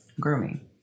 grooming